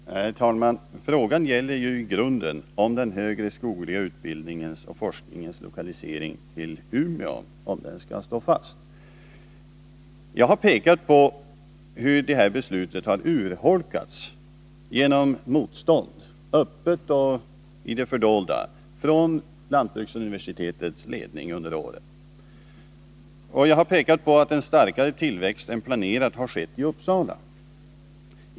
Herr talman! Frågan gäller ju i grunden om beslutet om den högre skogliga utbildningens och forskningens lokalisering till Umeå skall stå fast. Jag har pekat på hur detta beslut har urholkats genom motstånd — öppet och i det fördolda — från lantbruksuniversitetets ledning under åren. Jag har också pekat på att en starkare tillväxt än planerat har skett i Uppsala.